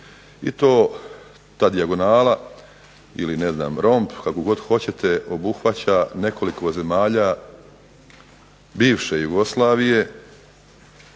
I to ta dijagonala ili romb kako god hoćete, obuhvaća nekoliko zemalja bivše Jugoslavije